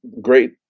great